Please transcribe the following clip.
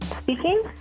Speaking